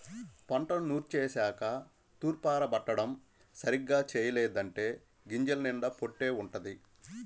పంటను నూర్చేశాక తూర్పారబట్టడం సరిగ్గా చెయ్యలేదంటే గింజల నిండా పొట్టే వుంటది